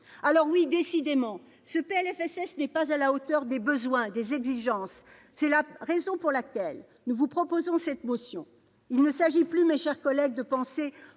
Alors, oui décidément, ce PLFSS n'est pas à la hauteur des besoins et des exigences ! C'est la raison pour laquelle nous vous proposons cette motion. Il ne s'agit plus, mes chers collègues, de penser